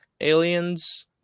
aliens